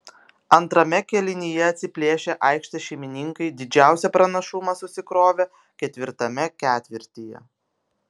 antrame kėlinyje atsiplėšę aikštės šeimininkai didžiausią pranašumą susikrovė ketvirtame ketvirtyje